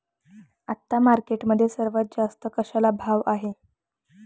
आता मार्केटमध्ये सर्वात जास्त कशाला भाव आहे?